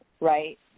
right